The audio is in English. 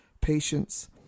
Patience